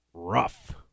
rough